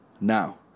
Now